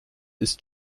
ist